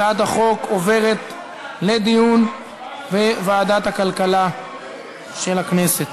הצעת החוק עוברת לדיון בוועדת הכלכלה של הכנסת.